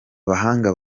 bahanga